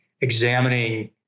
examining